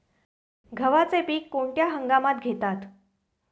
गव्हाचे पीक कोणत्या हंगामात घेतात?